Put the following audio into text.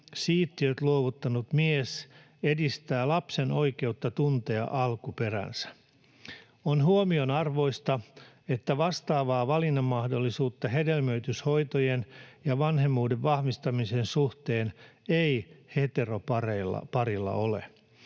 siittiöt luovuttanut mies edistää lapsen oikeutta tuntea alkuperänsä. On huomionarvoista, että vastaavaa valinnanmahdollisuutta hedelmöityshoitojen ja vanhemmuuden vahvistamisen suhteen ei heteroparilla ole.